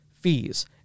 fees